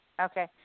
Okay